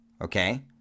Okay